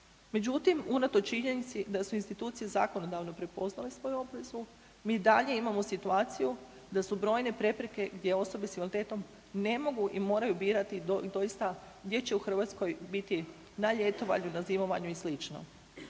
Međutim, unatoč činjenici da su institucije zakonodavno prepoznale svoju obvezu, mi i dalje imamo situaciju da su brojne prepreke gdje osobe s invaliditetom ne mogu i moraju birati doista gdje će u Hrvatskoj biti na ljetovanju, na zimovanju i